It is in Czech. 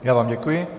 Já vám děkuji.